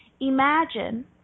Imagine